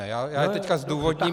Já je teď zdůvodním